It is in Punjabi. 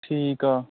ਠੀਕ ਆ